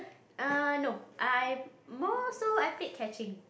err no I more so I played catching